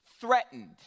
threatened